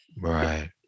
right